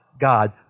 God